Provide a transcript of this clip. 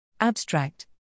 Abstract